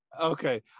okay